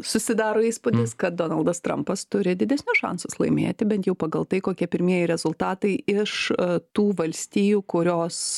susidaro įspūdis kad donaldas trampas turi didesnius šansus laimėti bent jau pagal tai kokie pirmieji rezultatai iš tų valstijų kurios